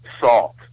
salt